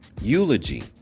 eulogy